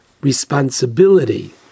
responsibility